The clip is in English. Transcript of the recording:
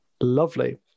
lovely